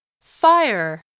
fire